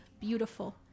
beautiful